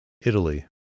Italy